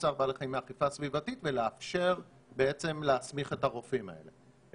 צער בעלי חיים מהאכיפה הסביבתית ולאפשר להסמיך את הרופאים האלה.